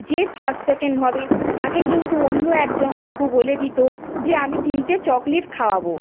যে first second হবে তাকে কিন্তু অন্য একজন কাকু বলে দিত যে আমি তিনটে চকোলেট খাওয়াব